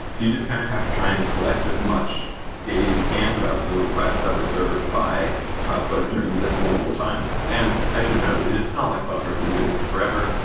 you just kinda kind of have to try and collect as much data you can about the requests that were served by cloudflare during this vulnerable time. and i should note, it's not like cloudflare has been doing this forever,